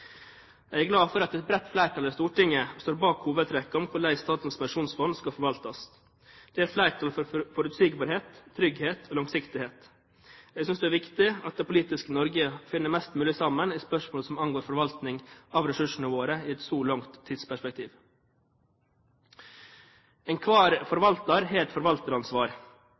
Jeg er glad for at et bredt flertall i Stortinget står bak hovedtrekkene om hvordan Statens pensjonsfond skal forvaltes. Det er flertall for forutsigbarhet, trygghet og langsiktighet. Jeg synes det er viktig at det politiske Norge finner mest mulig sammen i spørsmål som angår forvaltning av ressursene våre i et så langt tidsperspektiv. Enhver forvalter har et forvalteransvar.